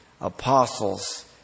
apostles